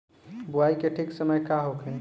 बुआई के ठीक समय का होखे?